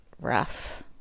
rough